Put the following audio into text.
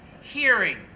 hearing